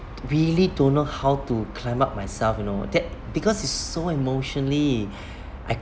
really don't know how to climb up myself you know that because it's so emotionally